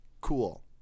Cool